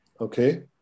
Okay